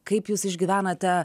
kaip jūs išgyvenate